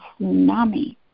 tsunami